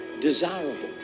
desirable